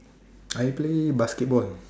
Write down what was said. I play basketball